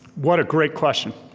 what a great question,